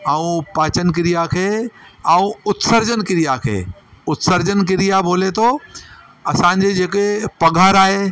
ऐं पाचन क्रिया खे ऐं उत्सर्जन क्रिया खे उत्सर्जन क्रिया बोले तो असांजे जेके पघार आहे